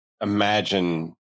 imagine